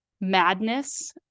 madness